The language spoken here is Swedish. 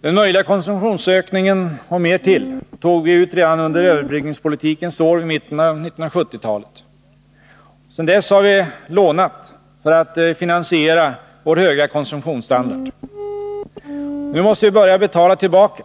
Den möjliga konsumtionsökningen — och mer därtill — tog vi ut redan under överbryggningspolitikens år vid mitten av 1970-talet. Sedan dess har vi lånat för att finansiera vår höga konsumtionsstandard. Nu måste vi börja betala tillbaka.